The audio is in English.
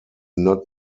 not